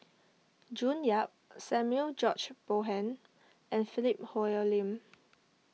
June Yap Samuel George Bonham and Philip Hoalim